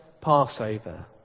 Passover